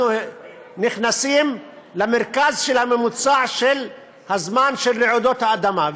אנחנו נכנסים למרכז של הממוצע של הזמן של רעידת אדמה.